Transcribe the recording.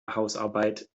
hausarbeit